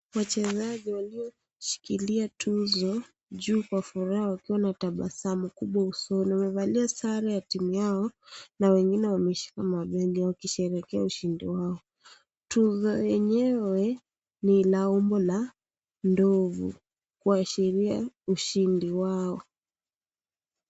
Wachezaji walioshikilia tuzo juu kwa furaha wakiwa na tabasamu kubwa usoni. Wamevalia sare ya timu yao na wengine wameshika mabega wakisherehekea ushindi wao. Tuzo lenyewe ni la umbo la ndovu kuashiria ushindi wao.